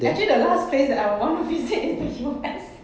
actually the last place that I will want to visit is the U_S